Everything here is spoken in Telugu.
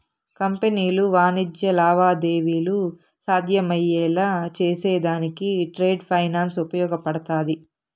కంపెనీలు వాణిజ్య లావాదేవీలు సాధ్యమయ్యేలా చేసేదానికి ట్రేడ్ ఫైనాన్స్ ఉపయోగపడతాది